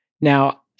Now